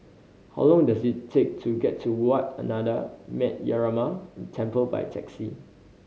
how long does it take to get to Wat Ananda Metyarama Temple by taxi